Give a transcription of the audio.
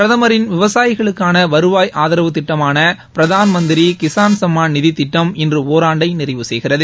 பிரதமரின் விவசாயிகளுக்கான வருவாய் ஆதரவு திட்டமான பிராதன் மந்திரி கிஸான் சம்மன் நிதித்திட்டம் இன்று ஒராண்டை நிறைவு செய்கிறது